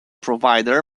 provider